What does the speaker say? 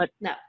No